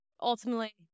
ultimately